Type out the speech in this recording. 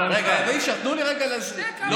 תנו לי רגע להסביר לכם.